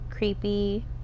Creepy